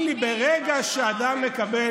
עם מי, תאמין לי, ברגע שבן אדם מקבל